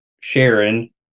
Sharon